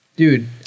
Dude